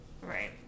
Right